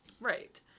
Right